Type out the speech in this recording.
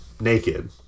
naked